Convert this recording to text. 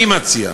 אני מציע,